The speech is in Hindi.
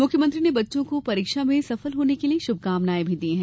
मुख्यमंत्री ने बच्चों को परीक्षा में सफल होने के लिए श्भकामनाएं भी दी हैं